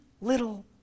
little